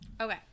okay